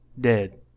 Dead